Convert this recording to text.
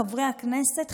חברי הכנסת,